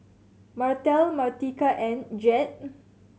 Martell Martika and Jett